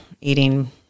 eating